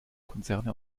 konzerne